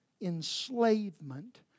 enslavement